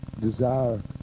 desire